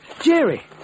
Jerry